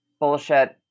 bullshit